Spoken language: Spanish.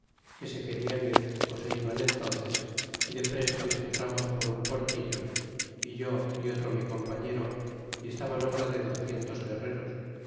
que se queran ir se iban entemces y depredo les entramos por un portillo yo y otro mi compañero y estaban obra de docientos guerreros